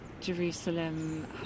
Jerusalem